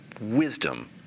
wisdom